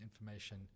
information